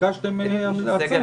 ביקשתם המלצה.